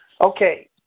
Okay